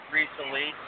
recently